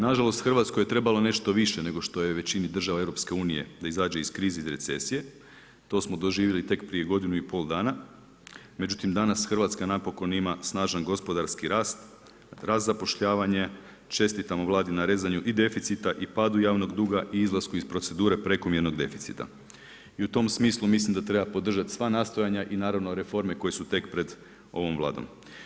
Nažalost, Hrvatskoj je trebalo nešto više nego što je većini država EU, da izađe iz krize i recesije, to smo doživjeli tek prije godinu dana, međutim, danas Hrvatska napokon ima snažan gospodarski rast, rast zapošljavanje, čestitamo Vladi na rezanju i deficita i padu javnog duga i izlasku iz procedure prekomjernog deficita i u tom smislu mislim da treba podržati sva nastojanja i naravno reforme koje su tek pred ovom Vladom.